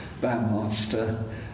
bandmaster